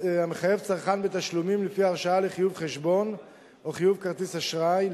המחייב צרכן בתשלומים לפי הרשאה לחיוב חשבון או חיוב כרטיס אשראי,